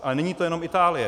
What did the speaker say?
Ale není to jenom Itálie.